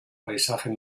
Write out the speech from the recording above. paisaje